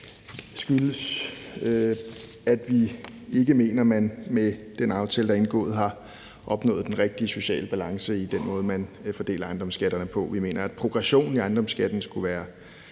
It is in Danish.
det skyldes, at vi ikke mener, at man med den aftale, der er indgået, har opnået den rigtige sociale balance i den måde, man fordeler ejendomsskatterne på. Vi mener, at progressionen i ejendomsskatterne skulle være